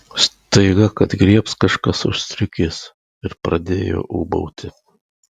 staiga kad griebs kažkas už striukės ir pradėjo ūbauti